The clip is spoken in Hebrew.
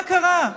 מה קרה?